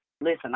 Listen